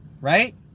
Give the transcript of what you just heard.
Right